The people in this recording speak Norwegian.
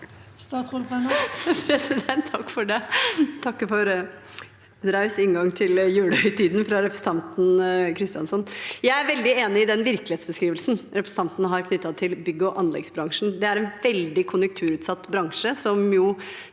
Sakene nr. 14 og 15 2023 Jeg er veldig enig i den virkelighetsbeskrivelsen representanten har, knyttet til bygg- og anleggsbransjen. Det er en veldig konjunkturutsatt bransje, som